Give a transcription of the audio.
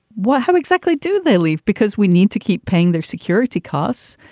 well, how exactly do they leave? because we need to keep paying their security costs.